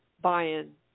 buying